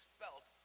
felt